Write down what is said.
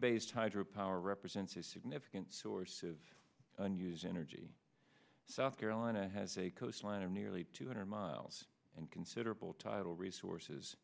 base hydro power represents a significant source of unused energy south carolina has a coastline of nearly two hundred miles and considerable tidal resources